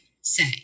say